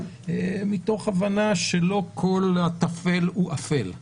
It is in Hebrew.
מתוך הבנה שלא כל הטפל הוא אפל.